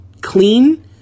clean